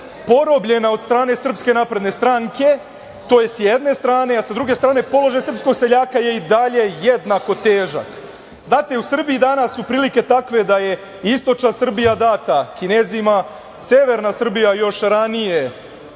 porobljena od strane SNS, to je s jedne strane, a sa druge strane, položaj srpskog seljaka je i dalje jednako težak. Znate, u Srbiji danas su prilike takve da je istočna Srbija data Kinezima, severna Srbija još ranije